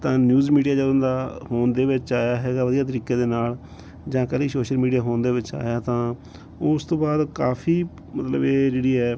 ਤਾਂ news media ਜਦੋਂ ਦਾ ਹੋਂਦ ਦੇ ਵਿੱਚ ਆਇਆ ਹੈਗਾ ਵਧੀਆ ਤਰੀਕੇ ਦੇ ਨਾਲ ਜਾਂ ਕਹਿ ਲਈਏ ਸੋਸ਼ਲ ਮੀਡੀਆ ਹੋਂਦ ਦੇ ਵਿੱਚ ਆਇਆ ਤਾਂ ਉਸ ਤੋਂ ਬਾਅਦ ਕਾਫੀ ਮਤਲਬ ਇਹ ਜਿਹੜੀ ਹੈ